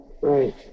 right